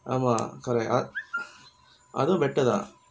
ஆமா:aamaa correct ah அதுவும்:athuvum better தா:thaa